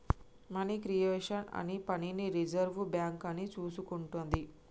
money creation అనే పనిని reserve bank అని చూసుకుంటాది